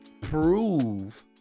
prove